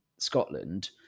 scotland